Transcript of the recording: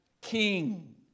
king